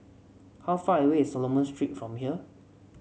how far away is Solomon Street from here